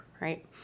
Right